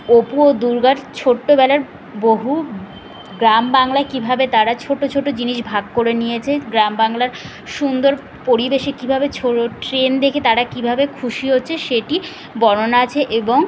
অপু ও দুর্গার ছোট্টবেলার বহু গ্রাম বাংলায় কীভাবে তারা ছোটো ছোটো জিনিস ভাগ করে নিয়েছে গ্রাম বাংলার সুন্দর পরিবেশে কীভাবে ছোরো ট্রেন দেখে তারা কীভাবে খুশি হচ্ছে সেটি বর্ণনা আছে এবং